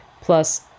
plus